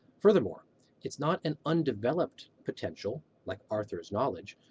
furthermore it's not an undeveloped potential like arthur's knowledge.